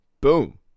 Boom